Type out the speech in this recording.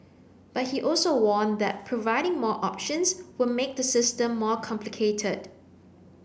but he also warned that providing more options would make the system more complicated